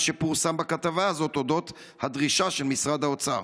שפורסם בכתבה הזאת על אודות הדרישה של משרד האוצר.